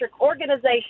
organization